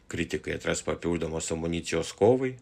kritikai atras papildomos amunicijos kovai